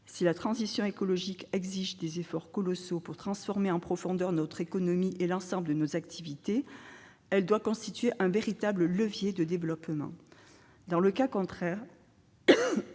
si la transition écologique exige des efforts colossaux pour transformer en profondeur notre économie et l'ensemble de nos activités, elle doit constituer un véritable levier de développement. Dans le cas contraire,